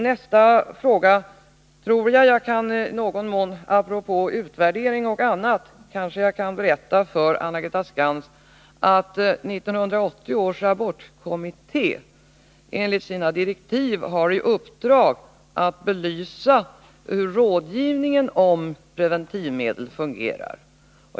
Nästa fråga gällde utvärdering m.m., och jag kan berätta för Anna-Greta Skantz att 1980 års abortkommitté enligt sina direktiv har i uppdrag att belysa hur rådgivningen om preventivmedel fungerar.